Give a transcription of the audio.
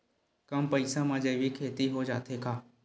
कम पईसा मा जैविक खेती हो जाथे का?